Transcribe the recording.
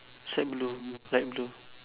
same blue light blue